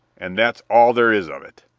and that's all there is of it.